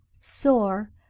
Sore